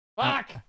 Fuck